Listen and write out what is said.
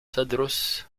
تدرس